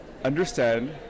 Understand